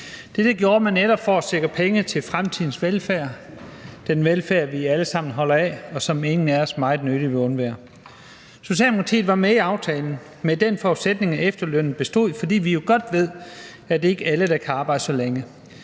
Det gjorde man netop for at sikre penge til fremtidens velfærd, den velfærd, vi alle sammen holder af, og som vi alle meget nødig vil undvære. Socialdemokratiet var med i aftalen under den forudsætning, at efterlønnen bestod, fordi vi jo godt ved, at det ikke er alle, der kan arbejde så længe.